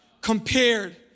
compared